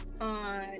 on